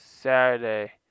Saturday